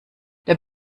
der